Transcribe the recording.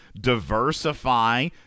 diversify